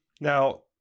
Now